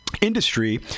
industry